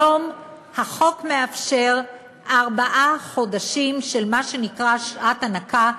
היום החוק מאפשר ארבעה חודשים של מה שנקרא שעת הנקה.